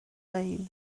lein